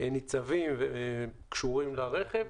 ניצבים וקשורים לרכב.